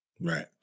Right